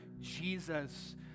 Jesus